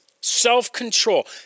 Self-control